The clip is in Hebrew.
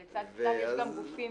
לצד "כלל" יש גם גופים